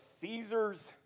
Caesar's